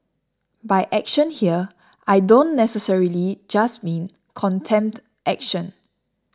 by action here I don't necessarily just mean contempt action